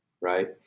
right